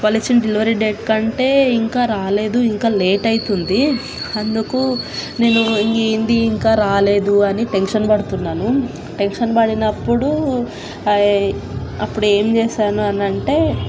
వాళ్ళు ఇచ్చిన delivery date కంటే ఇంకా రాలేదు ఇంకా లేట్ అవుతుంది అందుకు నేను ఇంకా ఏంటి ఇంకా రాలేదు అని టెన్షన్ పడుతున్నాను టెన్షన్ పడినప్పుడు అప్పుడు ఏం చేసాను అనంటే